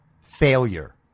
failure